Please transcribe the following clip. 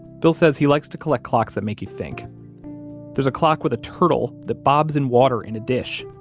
bill says he likes to collect clocks that make you think there's a clock with a turtle that bobs in water in a dish,